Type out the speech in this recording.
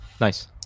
nice